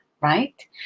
right